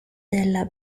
della